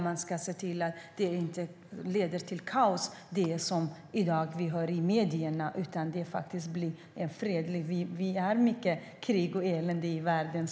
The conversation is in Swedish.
Man måste se till att det som vi hör om i medierna inte leder till kaos, utan att det faktiskt blir fred. Det är mycket krig och elände i världen.